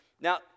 Now